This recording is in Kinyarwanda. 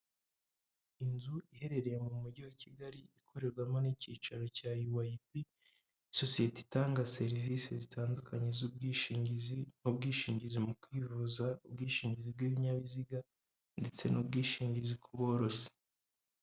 Inzu iherereye mu Mujyi wa Kigali, ikorerwamo n'icyicaro cya UAP, sosiyete itanga serivisi zitandukanye z'ubwishingizi, ubwishingizi mu kwivuza, ubwishingizi bw'ibinyabiziga, ndetse n'ubwishingizi ku borozi.